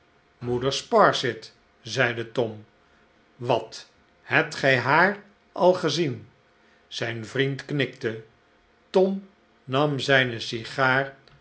moeder sparsit zeide tom wat hebt gij haar a gezien zgn vriend knikte tom nam zijne sigaar